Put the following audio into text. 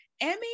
emmy